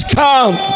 come